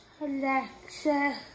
Alexa